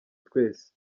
twese